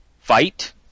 fight